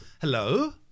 Hello